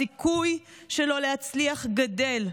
הסיכוי שלו להצליח גדל.